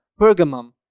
Pergamum